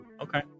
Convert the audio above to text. Okay